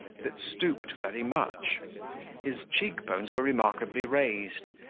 that stooped very much his cheek-bones were remarkably raised,